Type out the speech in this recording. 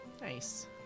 Nice